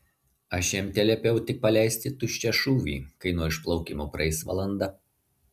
aš jam teliepiau tik paleisti tuščią šūvį kai nuo išplaukimo praeis valanda